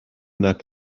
nac